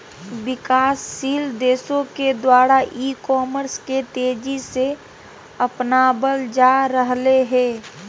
विकासशील देशों के द्वारा ई कॉमर्स के तेज़ी से अपनावल जा रहले हें